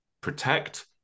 protect